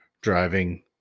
driving